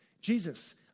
Jesus